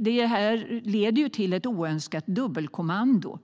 Det här leder till ett oönskat dubbelkommando.